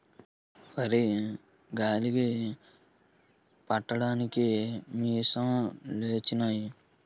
వరి గాలికి పట్టడానికి మిసంలొచ్చినయి